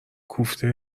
کوفته